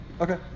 Okay